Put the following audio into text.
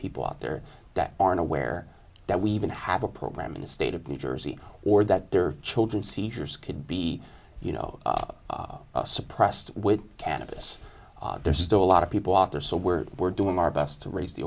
people out there that aren't aware that we even have a program in the state of new jersey or that their children seizures could be you know suppressed with cannabis there's still a lot of people out there so we're we're doing our best to raise the